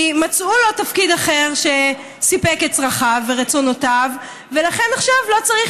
כי מצאו לו תפקיד אחר שסיפק את צרכיו ורצונותיו ולכן עכשיו לא צריך